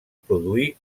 produir